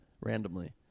randomly